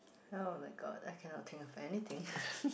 oh-my-God I cannot think of anything